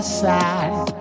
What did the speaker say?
side